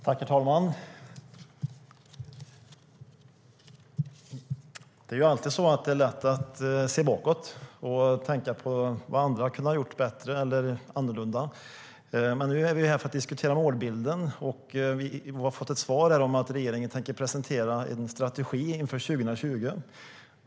Herr talman! Det är alltid lätt att se bakåt och tänka på vad andra hade kunnat göra bättre eller annorlunda. Men nu är vi här för att diskutera målbilden, och vi har fått ett svar om att regeringen tänker presentera en strategi inför 2020.